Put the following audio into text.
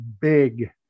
big